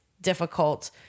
difficult